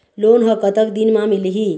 Loan ह कतक दिन मा मिलही?